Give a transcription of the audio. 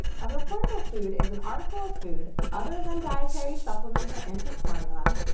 a reportable food is an article of food, other than dietary supplements or infant formula,